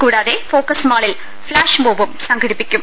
കൂടാതെ ഫോക്കസ്മാളിൽ ഫ്ളാഷ്മോബും സംഘടിപ്പിക്കും